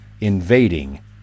invading